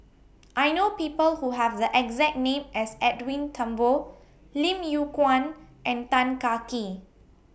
I know People Who Have The exact name as Edwin Thumboo Lim Yew Kuan and Tan Kah Kee